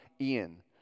Ian